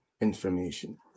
information